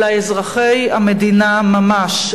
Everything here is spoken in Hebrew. אלא אזרחי המדינה ממש,